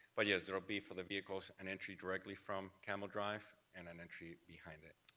but, yes, there will be for the vehicles an entry directly from campbell drive and an entry behind it.